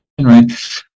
right